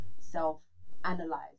self-analyze